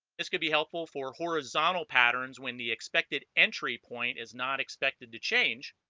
this could be helpful for horizontal patterns when the expected entry point is not expected to change